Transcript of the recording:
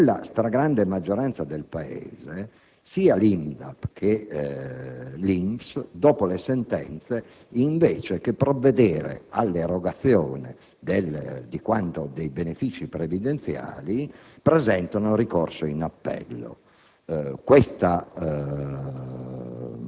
Nella maggior parte del Paese sia l'INPDAP che l'INPS, dopo le sentenze, invece di provvedere all'erogazione dei benefici previdenziali, hanno presentato ricorso in appello. Questa